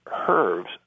herbs